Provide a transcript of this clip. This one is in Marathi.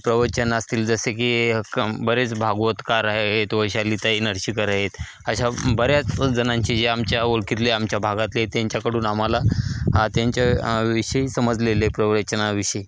प्रवचन असतील जसे की क बरेच भागवतकार आहेत वैशालीताई नरशिकर आहेत अशा बऱ्याच जणांचे जे आमच्या ओळखीतले आमच्या भागातले त्यांच्याकडून आम्हाला त्यांच्या विषयी समजलेले प्रवचनाविषयी